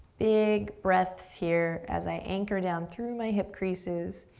big breaths here as i anchor down through my hip creases.